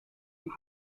und